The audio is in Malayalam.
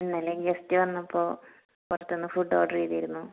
ഇന്നലെ ഗസ്റ് വന്നപ്പോൾ പുറത്തുന്ന് ഫുഡ്ഡ് ഓഡെർ ചെയ്തിരുന്നു